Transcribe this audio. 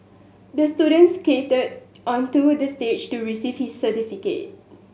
the student skated onto the stage to receive his certificate